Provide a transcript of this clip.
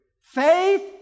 Faith